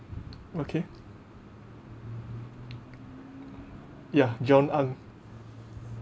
okay ya john ang